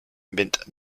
bint